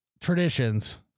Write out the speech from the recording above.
Traditions